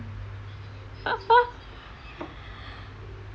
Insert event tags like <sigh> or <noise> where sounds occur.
<laughs>